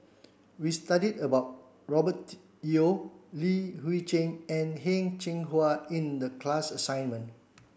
we studied about Robert Yeo Li Hui Cheng and Heng Cheng Hwa in the class assignment